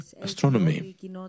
astronomy